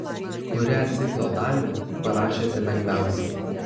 kurią ciklo dalį parašėte lengviausiai